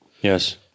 Yes